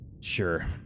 Sure